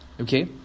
Okay